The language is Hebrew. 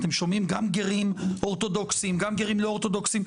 גם גרים אורתודוקסיים, גם גרים לא אורתודוקסיים.